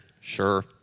sure